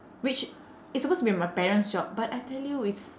which is supposed to be my parents' job but I tell you it's